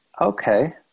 Okay